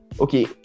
Okay